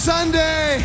Sunday